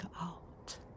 out